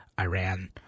Iran